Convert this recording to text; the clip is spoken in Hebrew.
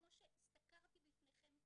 כמו שסקרתי בפניכם כרגע,